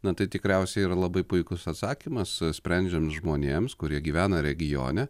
na tai tikriausiai yra labai puikus atsakymas sprendžiant žmonėms kurie gyvena regione